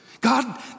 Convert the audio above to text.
God